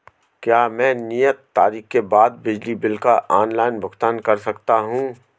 क्या मैं नियत तारीख के बाद बिजली बिल का ऑनलाइन भुगतान कर सकता हूं?